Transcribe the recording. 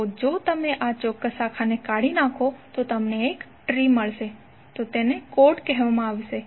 તો જો તમે આ ચોક્ક્સ શાખાને કાઢી નાખો તો તમને એક ટ્રી મળશે તો તેને કોર્ડ્ કહેવામાં આવે છે